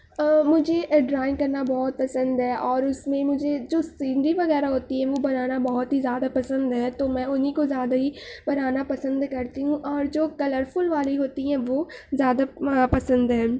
مجھے ڈرائنگ کرنا بہت پسند ہے اور اس میں مجھے جو سینری وغیرہ ہوتی ہے وہ بنانا بہت ہی زیاد پسند ہے تو میں انہیں کو زیادہ ہی بنانا پسند کرتی ہوں اور جو کلرفل والی ہوتی ہیں وہ زیادہ پسند ہے